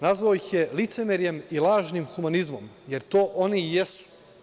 Nazvao ih je „licemerjem i lažnim humanizmom“ jer to one i jesu.